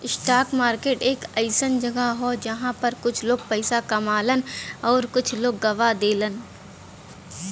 stock market एक अइसन जगह हौ जहां पर कुछ लोग पइसा कमालन आउर कुछ लोग गवा देलन